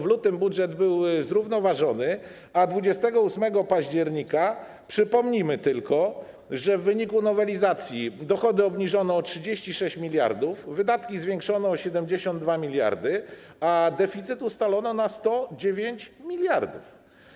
W lutym budżet był zrównoważony, a 28 października - tylko przypomnijmy - w wyniku nowelizacji dochody obniżono o 36 mld, wydatki zwiększono o 72 mld, a deficyt ustalono na 109 mld.